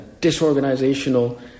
disorganizational